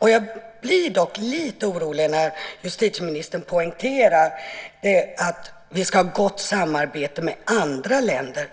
Jag blir dock lite orolig när justitieministern poängterar att vi ska ha gott samarbete med andra länder.